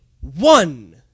one